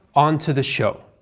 on to the show.